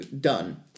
Done